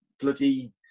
bloody